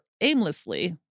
aimlessly